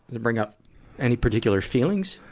it bring up any particular feelings?